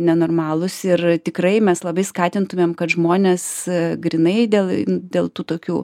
nenormalūs ir tikrai mes labai skatintumėm kad žmonės grynai dėl dėl tų tokių